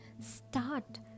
start